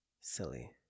silly